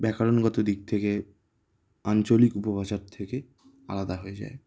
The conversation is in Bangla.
ব্যাকরণগত দিক থেকে আঞ্চলিক উপভাষার থেকে আলাদা হয়ে যায়